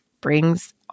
brings